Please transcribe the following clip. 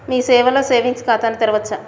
మీ సేవలో సేవింగ్స్ ఖాతాను తెరవవచ్చా?